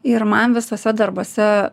ir man visuose darbuose